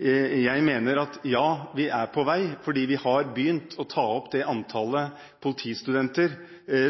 Jeg mener at vi er på vei, for vi har begynt å ta opp det antallet politistudenter